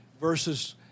versus